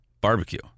barbecue